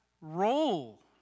role